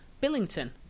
Billington